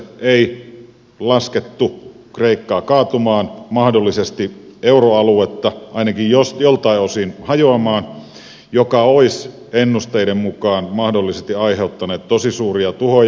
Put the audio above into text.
ei laskettu kreikkaa kaatumaan mahdollisesti euroaluetta ainakin joltain osin hajoamaan mikä olisi ennusteiden mukaan mahdollisesti aiheuttanut tosi suuria tuhoja